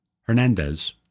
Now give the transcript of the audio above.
Hernandez